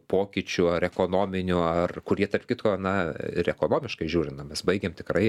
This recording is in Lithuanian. pokyčių ar ekonominių ar kurie tarp kitko na ir ekonomiškai žiūrint na mes baigėm tikrai